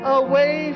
away